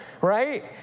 right